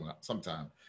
sometime